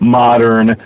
modern